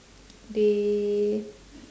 they